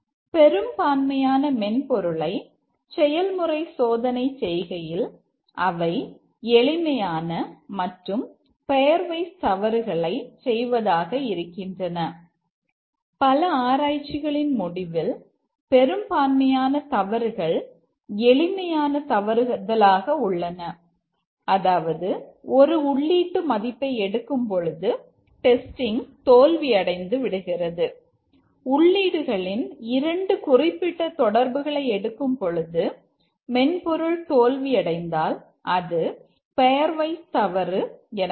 1 way testing தவறு எனப்படும்